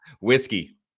whiskey